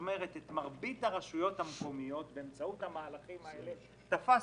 את מרבית הרשויות המקומיות תפסנו באמצעות המהלכים האלה,